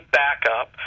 backup